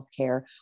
healthcare